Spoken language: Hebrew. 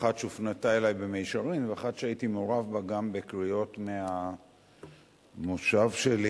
אחת שהופנתה אלי במישרין ואחת שהייתי מעורב בה גם בקריאות מהמושב שלי,